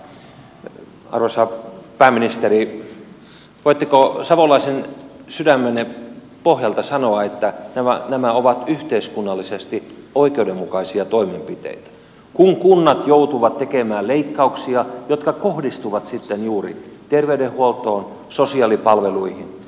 arvoisa pääministeri voitteko savolaisen sydämenne pohjalta sanoa että nämä ovat yhteiskunnallisesti oikeudenmukaisia toimenpiteitä kun kunnat joutuvat tekemään leikkauksia jotka kohdistuvat sitten juuri terveydenhuoltoon sosiaalipalveluihin